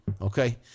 okay